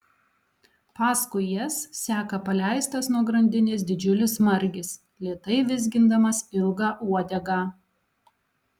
paskui jas seka paleistas nuo grandinės didžiulis margis lėtai vizgindamas ilgą uodegą